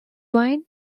wine